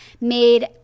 made